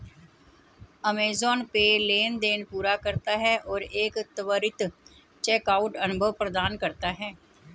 Amazon pay लेनदेन पूरा करता है और एक त्वरित चेकआउट अनुभव प्रदान करता है